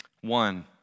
One